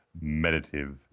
meditative